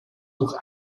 durch